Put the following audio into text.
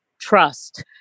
trust